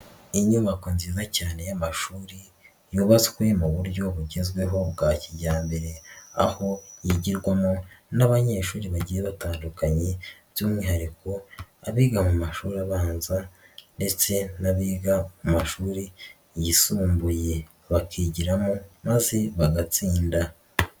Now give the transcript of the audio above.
Inyubako nziza cyane y'amashuri yubatswe mu buryo bugezweho bwa kijyambere, aho yigirwamo n'abanyeshuri bagiye batandukanye, by'umwihariko abiga mu mashuri abanza ndetse n'abiga mu mashuri yisumbuye. Bakigiramo maze bagatsinda.